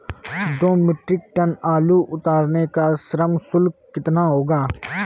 दो metric tonne आलू उतारने का श्रम शुल्क कितना होगा?